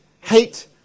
hate